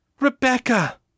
Rebecca